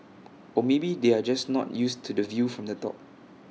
or maybe they are just not used to the view from the top